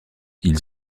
ils